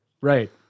Right